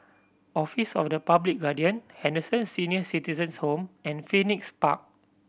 Office of the Public Guardian Henderson Senior Citizens' Home and Phoenix Park